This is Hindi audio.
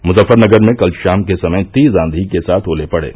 मुजफ्फरनगर में कल शाम के समय तेज आंघी के साथ ओले पड़े